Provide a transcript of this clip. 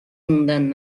موندن